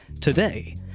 Today